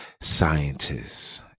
scientists